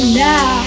now